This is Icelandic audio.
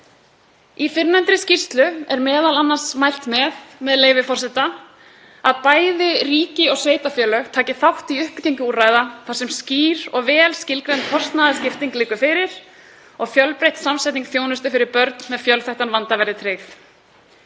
Í fyrrnefndri skýrslu er m.a. mælt með, með leyfi forseta, að bæði ríki og sveitarfélög taki þátt í uppbyggingu úrræða þar sem skýr og vel skilgreind kostnaðarskipting liggi fyrir og fjölbreytt samsetning þjónustu fyrir börn með fjölþættan vanda verði tryggð.